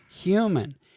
human